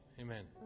amen